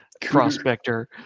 prospector